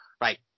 Right